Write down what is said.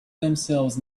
themselves